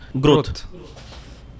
Growth